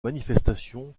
manifestations